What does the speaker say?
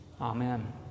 Amen